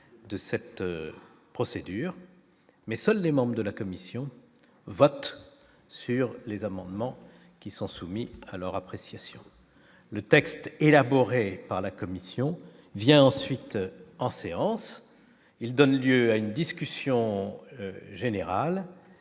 de cette procédure, mais seuls les membres de la commission, vote sur les amendements qui sont soumis à leur appréciation le texte élaboré par la Commission vient ensuite en séance, il donne lieu à une discussion générale